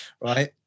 right